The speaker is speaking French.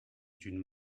d’une